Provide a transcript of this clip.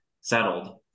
settled